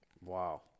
Wow